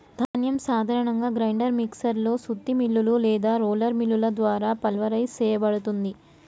ధాన్యం సాధారణంగా grinder mixer లో సుత్తి మిల్లులు లేదా రోలర్ మిల్లుల ద్వారా పల్వరైజ్ సేయబడుతుంది